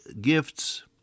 gifts